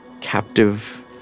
captive